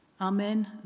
Amen